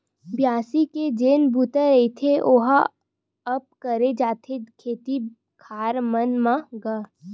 बियासी के जेन बूता रहिथे ओहा कब करे जाथे खेत खार मन म गा?